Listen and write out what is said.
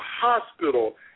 hospital